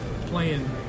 playing